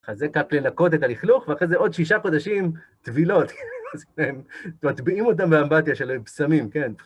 חזקה כלי נקודת על החלוך, ואחרי זה עוד שישה חודשים טבילות. זאת אומרת, טביעים אותם באמבטיה של פסמים, כן.